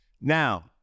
Now